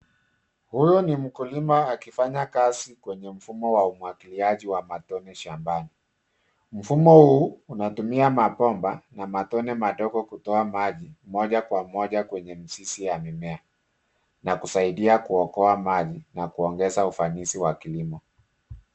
Huu ni mkulima akifanya kazi kwenye mfumo wa umwagiliaji wa matone shambani. Mfumo huu unatumia mabomba na matone madogo kutoa maji moja kwa moja kwenye mzizi ya mimea na kusaidia kuokoa maji na kuongeza ufanisi wa kilimo.